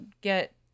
get